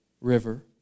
river